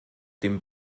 dem